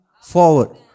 forward